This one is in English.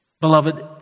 Beloved